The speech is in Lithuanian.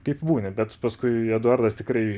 kaip būni bet paskui eduardas tikrai